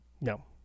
No